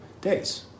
days